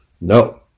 No